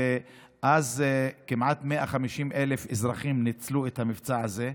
ואז כמעט 150,000 אזרחים ניצלו את המבצע הזה.